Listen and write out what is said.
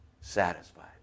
Satisfied